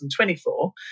2024